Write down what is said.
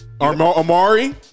Amari